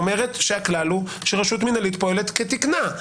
שאומרת שהכלל הוא שרשות מינהלית פועלת כתקנה,